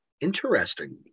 Interesting